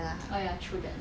oh ya true that